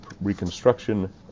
reconstruction